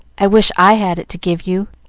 i wish i had it to give you.